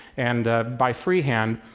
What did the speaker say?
and by freehand,